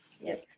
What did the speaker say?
yes